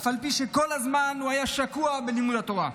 אף על פי שכל הזמן הוא היה שקוע בלימוד התורה".